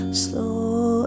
slow